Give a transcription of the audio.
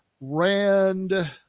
Rand